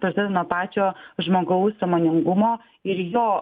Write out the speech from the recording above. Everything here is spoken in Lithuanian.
tada nuo pačio žmogaus sąmoningumo ir jo